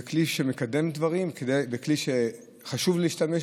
זה כלי שמקדם דברים, זה כלי שחשוב להשתמש בו,